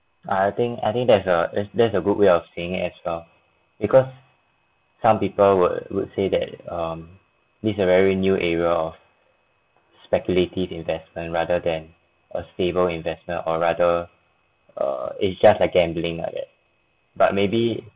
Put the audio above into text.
I think I think that's a that's a good way of seeing as well because some people would would say that um this is a very new area of speculative investment rather than a stable investment or rather err it's just like gambling like that but maybe